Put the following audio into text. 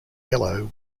yellow